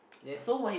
yes